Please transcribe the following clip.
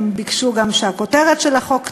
הם ביקשו גם שהכותרת של החוק תשונה.